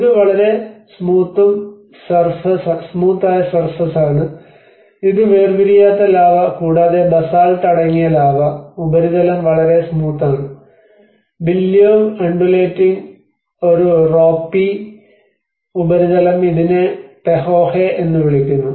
ഇത് വളരെ സ്മൂതും സർഫസ് ആണ് ഇത് വേർ പിരിയാത്ത ലാവാ കൂടാതെ ബാസാൾട്ട് അടങ്ങിയ ലാവ ഉപരിതലം വളരെ സ്മൂത് ആണ് ബില്ലൊവ്യ് അണ്ടുലേറ്റിംഗ് ഒരു ropy billowy undulating or a ropy ഉപരിതലം ഇതിനെ പഹൊഹേ എന്നു വിളിക്കുന്നു